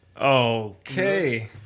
Okay